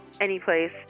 anyplace